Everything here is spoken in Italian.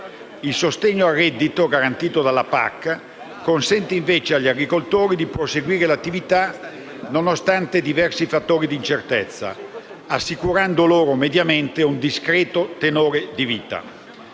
Il sostegno al reddito garantito dalla PAC consente invece agli agricoltori di proseguire l'attività, nonostante diversi fattori di incertezza, assicurando loro mediamente un discreto tenore di vita